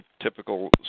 typical